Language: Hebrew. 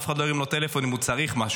אף אחד לא הרים לו טלפון אם הוא צריך משהו.